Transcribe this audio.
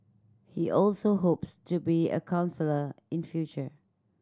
he also hopes to be a counsellor in future